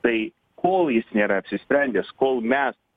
tai kol jis nėra apsisprendęs kol mes